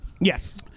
Yes